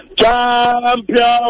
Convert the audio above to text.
Champion